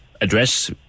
address